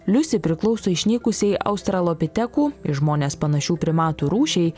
liusi priklauso išnykusiai australopitekų į žmones panašių primatų rūšiai